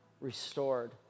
restored